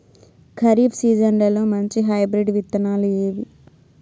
ఖరీఫ్ సీజన్లలో మంచి హైబ్రిడ్ విత్తనాలు ఏవి